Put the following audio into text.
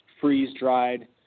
freeze-dried